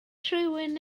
rhywun